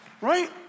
Right